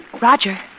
Roger